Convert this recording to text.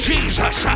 Jesus